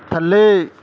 ਥੱਲੇ